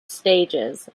stages